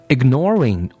Ignoring